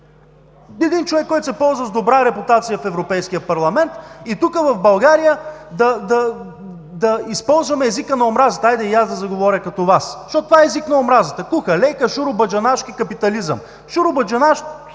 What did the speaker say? един човек, който се ползва с добра репутация в Европейския парламент и тук, в България, да използваме езика на омразата. Хайде, и аз да заговоря като Вас, защото това е език на омразата: „куха лейка“, „шуробаджанашки капитализъм“. Шуробаджаначеството